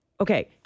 Okay